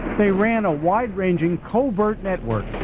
they ran a wide ranging covert network.